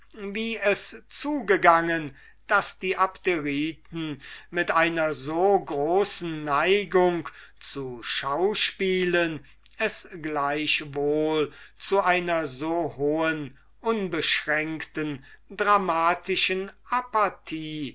wie es zugegangen daß die abderiten mit einer so großen neigung zu schauspielen es gleichwohl zu einer so hohen unbeschränkten dramatischen apathie